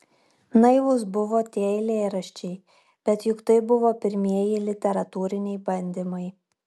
naivūs buvo tie eilėraščiai bet juk tai buvo pirmieji literatūriniai bandymai